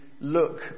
look